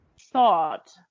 thought